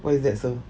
why is that so